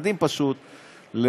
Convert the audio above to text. פשוט מדהים,